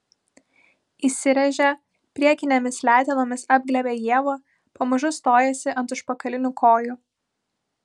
įsiręžia priekinėmis letenomis apglėbia ievą pamažu stojasi ant užpakalinių kojų